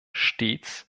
stets